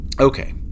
okay